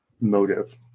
motive